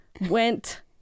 Went